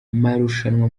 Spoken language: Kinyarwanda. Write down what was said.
marushanwa